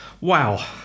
wow